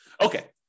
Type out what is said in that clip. Okay